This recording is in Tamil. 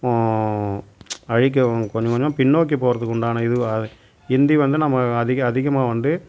அழிக்க அவங்க கொஞ்சம் கொஞ்சம் பின்னோக்கி போகறதுக்கு உண்டான இதுவாக இந்தி வந்து நம்ம அதிக அதிகமாக வந்து